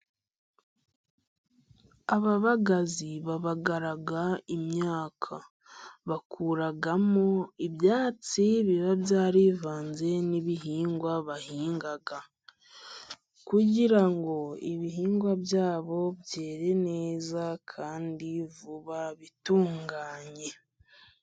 Ababagazi babara imyaka, bakuramo ibyatsi biba, byari bivanze n'ibihingwa bahinga, kugirango ibihingwa byabo, byere neza kandi vuba bitunganye.